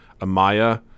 Amaya